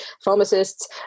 pharmacists